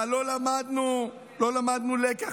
מה, לא למדנו לקח